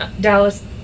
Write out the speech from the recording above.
Dallas